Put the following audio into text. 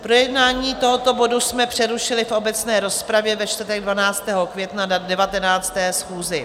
Projednávání tohoto bodu jsme přerušili v obecné rozpravě ve čtvrtek 12. května na 19. schůzi.